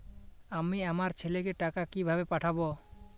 আমি আমার ছেলেকে টাকা কিভাবে পাঠাব?